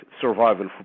survival